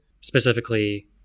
specifically